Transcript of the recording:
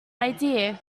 idea